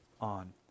on